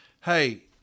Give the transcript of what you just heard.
Hey